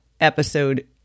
episode